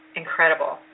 incredible